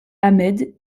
ahmed